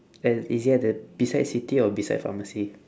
uh is it at the beside city or beside pharmacy